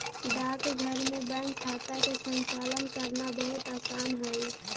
डाकघर में बैंक खाता के संचालन करना बहुत आसान हइ